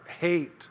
Hate